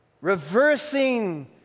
reversing